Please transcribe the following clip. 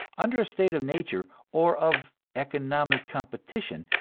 under a state of nature, or of economic competition,